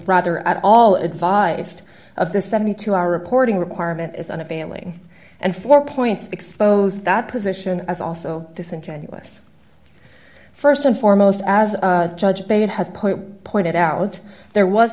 rather at all advised of the seventy two hour reporting requirement is on a family and four points expose that position as also disingenuous first and foremost as judge bad has put pointed out there was